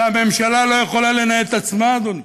אלא הממשלה לא יכולה לנהל את עצמה, אדוני.